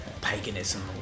paganism